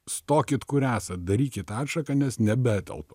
stokit kur esat darykit atšaką nes nebetelpa